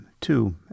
two